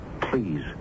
Please